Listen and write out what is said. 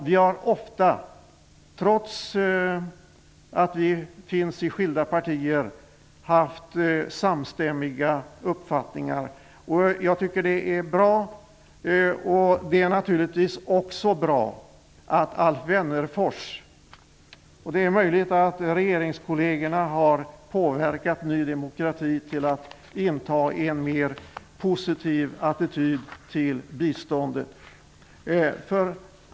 Vi har ofta, trots att vi tillhör skilda partier, haft samstämmiga uppfattningar. Jag tycker att det är bra. Det är möjligt att Alf Wennerfors regeringskolleger har påverkat Ny demokrati att inta en mer positiv attityd till biståndet.